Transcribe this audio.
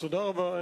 תודה רבה.